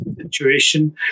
situation